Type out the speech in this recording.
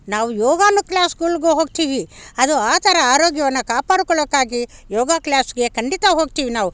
ನಾವು ಯೋಗ ಅನ್ನೋ ಕ್ಲಾಸ್ಗಳಿಗು ಹೋಗ್ತೀವಿ ಅದು ಆ ಥರ ಆರೋಗ್ಯವನ್ನು ಕಾಪಾಡ್ಕೊಳ್ಳೋಕ್ಕಾಗಿ ಯೋಗ ಕ್ಲಾಸ್ಗೆ ಖಂಡಿತ ಹೋಗ್ತೀವಿ ನಾವು